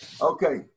Okay